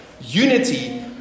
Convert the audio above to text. Unity